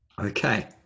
Okay